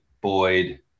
Boyd